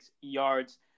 yards